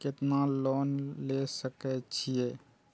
केतना लोन ले सके छीये?